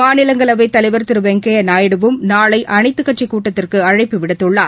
மாநிலங்களவைத் தலைவர் திரு வெங்கையா நாயுடுவும் நாளை அளைத்து கட்சி கூட்டத்திற்கு அழைப்பு விடுத்துள்ளார்